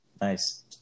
Nice